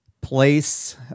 place